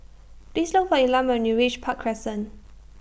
Please Look For Elam when YOU REACH Park Crescent